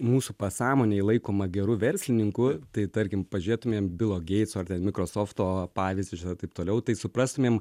mūsų pasąmonėj laikoma geru verslininku tai tarkim pažiūrėtumėm bilo geitso ar ten mikrosofto pavyzdį ir taip toliau tai suprastumėm